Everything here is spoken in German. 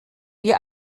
wir